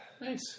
Nice